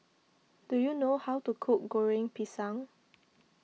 do you know how to cook Goreng Pisang